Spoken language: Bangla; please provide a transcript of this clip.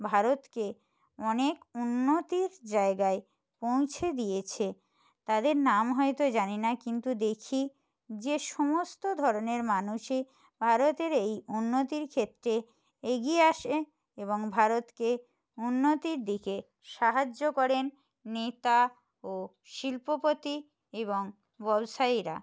ভারতকে অনেক উন্নতির জায়গায় পৌঁছে দিয়েছে তাদের নাম হয়তো জানি না কিন্তু দেখি যে সমস্ত ধরনের মানুষই ভারতের এই উন্নতির ক্ষেত্রে এগিয়ে আসে এবং ভারতকে উন্নতির দিকে সাহায্য করেন নেতা ও শিল্পপতি এবং ব্যবসায়ীরা